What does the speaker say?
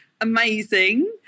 Amazing